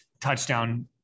touchdown